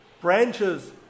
branches